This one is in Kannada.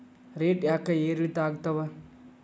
ರೇಟ್ ಯಾಕೆ ಏರಿಳಿತ ಆಗ್ತಾವ?